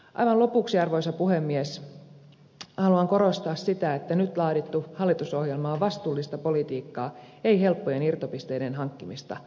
aivan lopuksi arvoisa puhemies haluan korostaa sitä että nyt laadittu hallitusohjelma on vastuullista politiikkaa ei helppojen irtopisteiden hankkimista